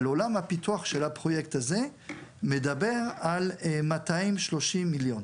אבל עולם הפיתוח של הפרויקט הזה מדבר על 230 מיליון.